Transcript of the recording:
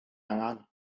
angan